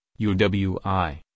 UWI